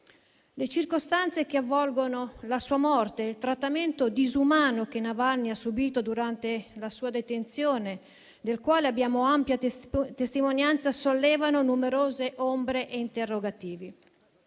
Le circostanze che avvolgono la sua morte e il trattamento disumano che Navalny ha subito durante la sua detenzione, del quale abbiamo ampia testimonianza, sollevano numerose ombre e interrogativi.